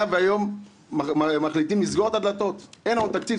היה והיום מחליטים לסגור את הדלתות אין לנו תקציב,